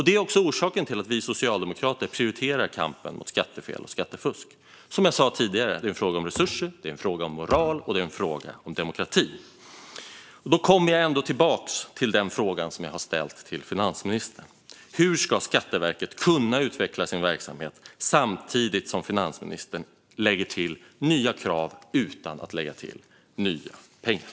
Det är orsaken till att vi socialdemokrater prioriterar kampen mot skattefel och skattefusk. Som jag sa tidigare är det en fråga om resurser, moral och demokrati. Då kommer jag tillbaka till den fråga jag har ställt till finansministern: Hur ska Skatteverket kunna utveckla sin verksamhet samtidigt som finansministern lägger till nya krav utan att lägga till nya pengar?